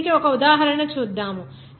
ఇప్పుడు దీనికి ఒక ఉదాహరణ చూద్దాం